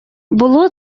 було